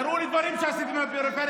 לפחות תראו לי דברים שעשיתם בפריפריה.